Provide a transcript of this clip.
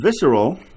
Visceral